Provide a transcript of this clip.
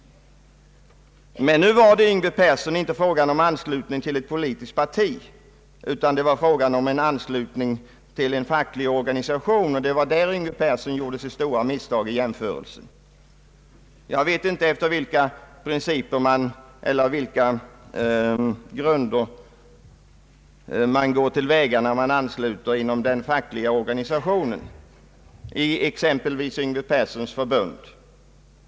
Men nu är det ju, herr Yngve Persson, inte här fråga om anslutning till ett politiskt parti utan till en facklig organisation, och det var därvidlag som herr Yngve Persson gjorde sitt stora misstag vid sin jämförelse. Jag vet inte efter vilka grunder man går till väga när man ansluter medlemmar inom de fackliga organisationerna, exempelvis i herr Yngve Perssons eget förbund.